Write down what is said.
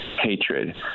hatred